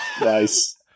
Nice